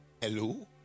Hello